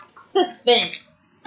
suspense